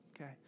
Okay